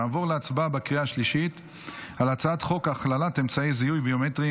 נעבור להצבעה בקריאה השלישית על הצעת חוק הכללת אמצעי זיהוי ביומטריים